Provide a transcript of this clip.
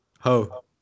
Ho